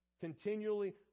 Continually